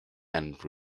and